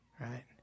right